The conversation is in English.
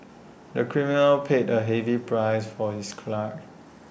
the criminal paid A heavy price for his crime